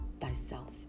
thyself